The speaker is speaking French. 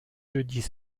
jeudis